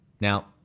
Now